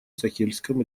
сахельском